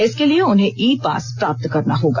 इसके लिए उन्हें ई पास प्राप्त करना होगा